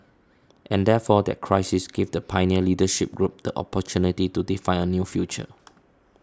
and therefore that crisis gave the pioneer leadership group the opportunity to define a new future